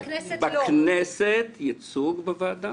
בכנסת ייצוג בוועדה,